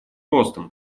ростом